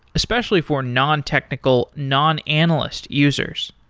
especially for non-technical, non-analyst users.